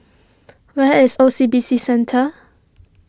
where is O C B C Centre